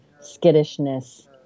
skittishness